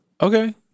okay